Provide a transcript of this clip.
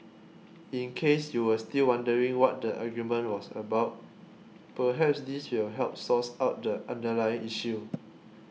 in case you were still wondering what the argument was about perhaps this will help source out the underlying issue